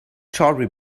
tawdry